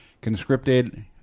conscripted